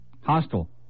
Hostile